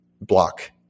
block